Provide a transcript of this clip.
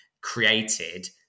created